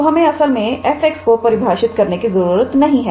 तो हमें असल में f को परिभाषित करने की जरूरत नहीं है